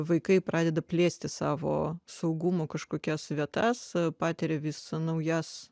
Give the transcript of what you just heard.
vaikai pradeda plėsti savo saugumo kažkokias vietas patiria vis naujas